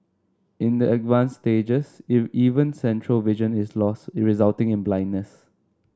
in the advanced stages it even central vision is lost resulting in blindness